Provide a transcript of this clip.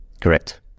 correct